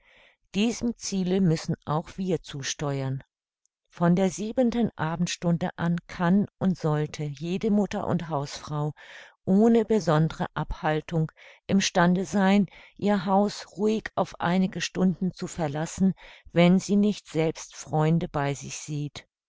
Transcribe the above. diesem ziele müssen auch wir zusteuern von der siebenten abendstunde an kann und sollte jede mutter und hausfrau ohne besondre abhaltung im stande sein ihr haus ruhig auf einige stunden zu verlassen wenn sie nicht selbst freunde bei sich sieht